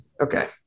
Okay